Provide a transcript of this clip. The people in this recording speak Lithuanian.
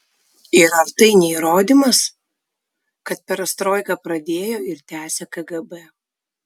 ir ar tai ne įrodymas kad perestroiką pradėjo ir tęsia kgb